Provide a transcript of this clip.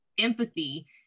empathy